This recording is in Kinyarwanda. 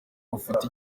ufite